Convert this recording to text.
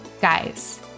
Guys